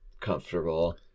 comfortable